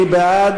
מי בעד